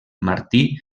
martí